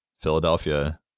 Philadelphia